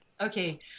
Okay